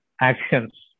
actions